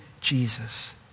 Jesus